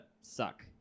suck